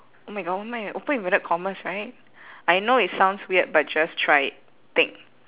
oh my god oh my open inverted commas right I know it sounds weird but just try it thing